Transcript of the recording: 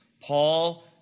Paul